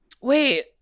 Wait